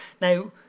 Now